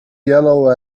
yellow